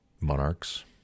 monarchs